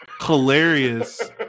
hilarious